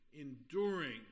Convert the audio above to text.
enduring